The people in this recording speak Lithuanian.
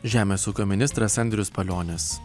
žemės ūkio ministras andrius palionis